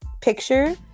picture